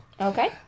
Okay